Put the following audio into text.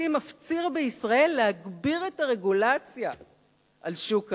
מפציר בישראל להגביר את הרגולציה על שוק ההון.